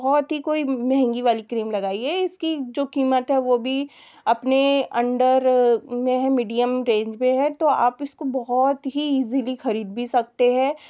बहुत ही कोई महंगी वाली क्रीम लगाई है इसकी जो कीमत है वह भी अपने अन्डर में है मीडियम रेंज में है तो आप इसको बहुत ही ईज़ली ख़रीद भी सकते हैं